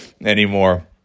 anymore